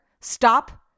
Stop